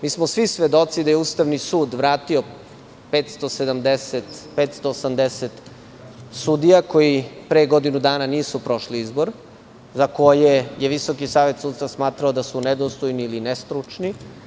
Mi smo svi svedoci da je Ustavni sud vratio 580 sudija, koji pre godinu dana nisu prošli izbor, za koje je Visoki savet sudstva smatrao da su nedostojni ili nestručni.